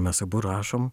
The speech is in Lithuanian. mes abu rašom